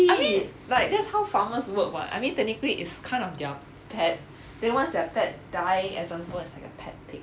I mean like that's how farmers work [what] I mean technically it's kind of their pet then once their pet die example it's like a pet